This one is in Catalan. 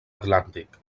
atlàntic